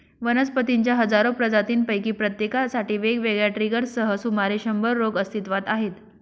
वनस्पतींच्या हजारो प्रजातींपैकी प्रत्येकासाठी वेगवेगळ्या ट्रिगर्ससह सुमारे शंभर रोग अस्तित्वात आहेत